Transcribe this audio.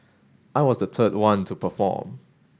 I was the third one to perform